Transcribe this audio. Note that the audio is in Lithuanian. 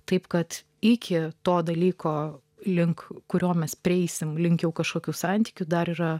taip kad iki to dalyko link kurio mes prieisime link jau kažkokių santykių dar yra